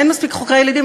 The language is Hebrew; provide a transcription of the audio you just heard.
אין מספיק חוקרי ילדים,